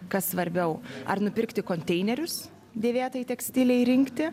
kas svarbiau ar nupirkti konteinerius dėvėtai tekstilei rinkti